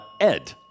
Ed